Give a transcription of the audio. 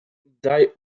daj